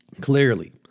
Clearly